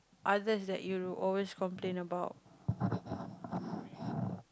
others that you always complain about